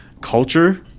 culture